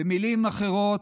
במילים אחרות,